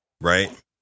right